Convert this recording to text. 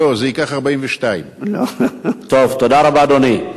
לא, זה ייקח 42. טוב, תודה רבה, אדוני.